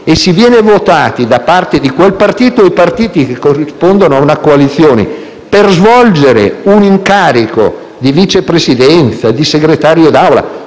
e si viene votati da parte di quel partito, i partiti che corrispondono ad una coalizione, per svolgere un incarico di vice presidenza, di segretario